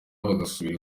bagasubira